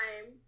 time